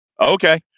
Okay